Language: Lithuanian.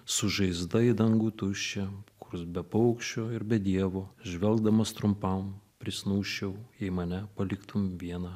su žaizda į dangų tuščią kurs be paukščių ir be dievo žvelgdamas trumpam prisnūsčiau jei mane paliktum vieną